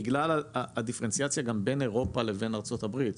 בגלל הדיפרנציאציה גם בין אירופה לבין ארצות הברית.